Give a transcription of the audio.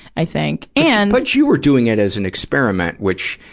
i think. and but you were doing it as an experiment, which,